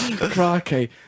Crikey